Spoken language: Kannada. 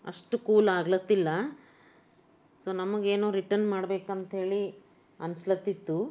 ಅಷ್ಟು ಕೂಲ್ ಆಗಲತ್ತಿಲ್ಲ ಸೊ ನಮಗೇನು ರಿಟನ್ ಮಾಡ್ಬೇಕಂಥೇಳಿ ಅನ್ನಿಸ್ಲತ್ತಿತ್ತು